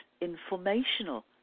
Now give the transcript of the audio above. informational